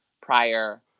prior